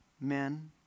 men